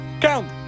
Count